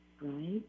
right